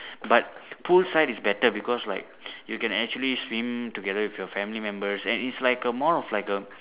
but poolside is better because like you can actually swim together with your family members and it's like a more of like a